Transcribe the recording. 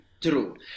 True